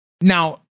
Now